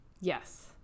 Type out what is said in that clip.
Yes